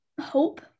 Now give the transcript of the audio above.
hope